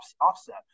Offset